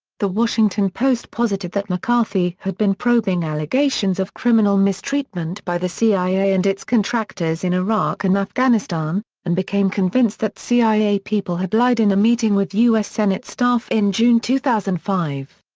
the washington post posited that mccarthy had been probing allegations of criminal mistreatment by the cia and its contractors in iraq and afghanistan, and became convinced that cia people had lied in a meeting with us senate staff in june two thousand and five.